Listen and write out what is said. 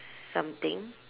something